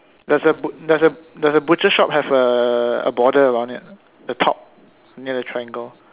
does the bu~ does the does the butcher shop have err a border around it the top near the triangle